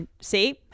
See